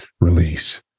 release